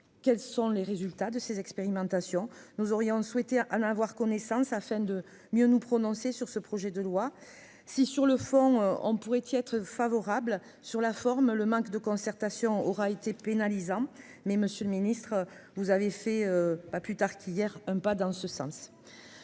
quels sont les résultats de ces expérimentations, nous aurions souhaité à Alain avoir connaissance afin de mieux nous prononcer sur ce projet de loi si sur le fond, on pourrait y être favorable sur la forme, le manque de concertation aura été pénalisant, mais Monsieur le Ministre, vous avez fait, pas plus tard qu'hier, hein, pas dans ce sens